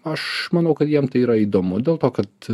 aš manau kad jiem tai yra įdomu dėl to kad